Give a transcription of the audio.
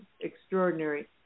extraordinary